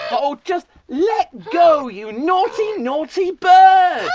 oh, just let go you naughty, naughty bird.